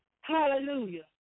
Hallelujah